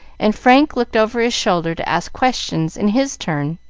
and frank looked over his shoulder to ask questions in his turn.